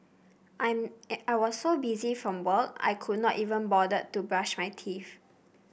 I'm I was so busy from work I could not even bother to brush my teeth